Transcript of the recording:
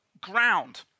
ground